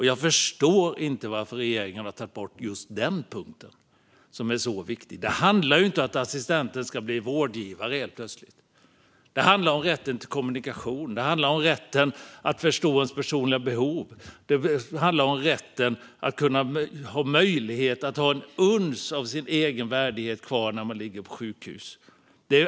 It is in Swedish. Jag förstår inte varför regeringen har tagit bort just denna punkt, som är så viktig. Det handlar inte om att assistenter helt plötsligt ska bli vårdgivare, utan det handlar om rätten till kommunikation. Det handlar om rätten att få ens personliga behov förstådda och om rätten att ha ett uns av värdighet kvar när man ligger på sjukhus.